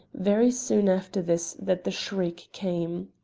very soon after this that the shriek came.